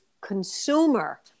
consumer